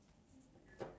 waiting